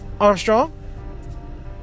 Armstrong